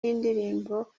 nindirimbo